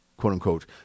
Quote-unquote